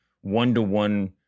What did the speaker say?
one-to-one